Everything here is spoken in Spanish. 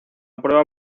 prueba